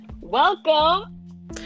welcome